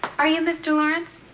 are you mr. lawrence?